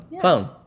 Phone